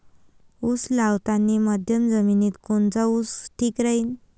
उस लावतानी मध्यम जमिनीत कोनचा ऊस ठीक राहीन?